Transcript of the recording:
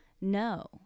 no